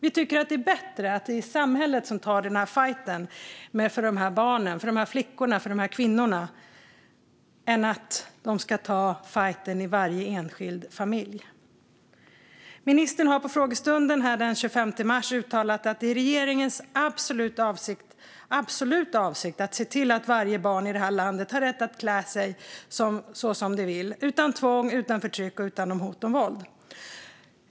Vi tycker att det är bättre att det är samhället som tar fajten för de här barnen - för de här flickorna och kvinnorna - än att fajten ska tas i varje enskild familj. Ministern uttalade på frågestunden den 25 mars att det är regeringens "absoluta avsikt att se till att varje barn i det här landet har rätt att klä sig så som det vill - utan tvång, utan förtryck och utan hot om våld."